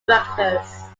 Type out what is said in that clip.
directors